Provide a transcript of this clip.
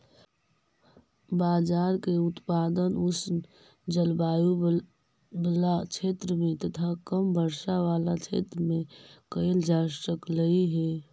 बाजरा के उत्पादन उष्ण जलवायु बला क्षेत्र में तथा कम वर्षा बला क्षेत्र में कयल जा सकलई हे